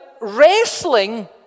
wrestling